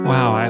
Wow